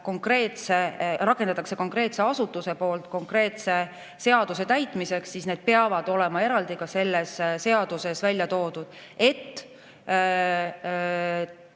korrakaitseseaduses, rakendab konkreetne asutus konkreetse seaduse täitmiseks, siis need peavad olema eraldi ka selles seaduses välja toodud, et